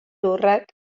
lurrak